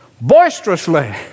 boisterously